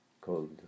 Cold